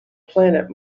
planet